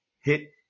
hit